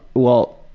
well,